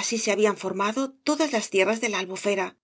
así se habían formado todas las tierras de la albufera